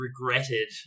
regretted